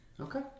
Okay